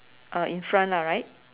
uh in front lah right